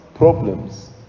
Problems